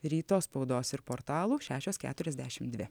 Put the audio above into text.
ryto spaudos ir portalų šešios keturiasdešim dvi